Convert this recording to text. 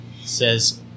says